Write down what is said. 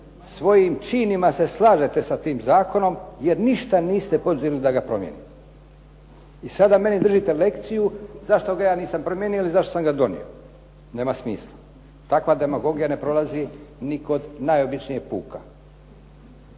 svojim činima se slažete sa tim zakonom jer ništa niste poduzeli da ga promijenite. I sada meni držite lekciju zašto ga ja nisam promijenio ili zašto sam ga donio. Nema smisla. Takva demagogija ne prolazi ni kod najobičnijeg puka.